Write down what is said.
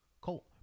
Colt